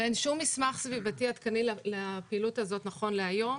ואין שום מסמך סביבתי עדכני לפעילות הזאת נכון להיום.